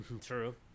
True